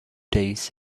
days